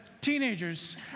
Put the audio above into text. teenagers